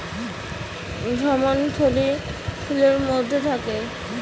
ভ্রূণথলি ফুলের মধ্যে থাকে